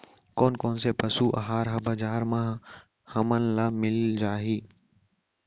कोन कोन से पसु आहार ह बजार म हमन ल मिलिस जाही?